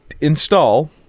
install